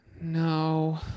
No